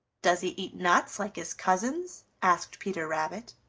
does he eat nuts like his cousins? asked peter rabbit.